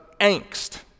angst